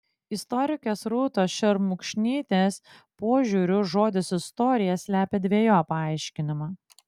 istorikės rūtos šermukšnytės požiūriu žodis istorija slepia dvejopą aiškinimą